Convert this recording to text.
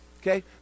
Okay